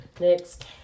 Next